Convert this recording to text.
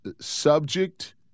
subject